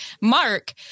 Mark